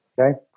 Okay